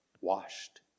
washed